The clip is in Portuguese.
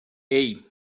hey